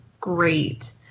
great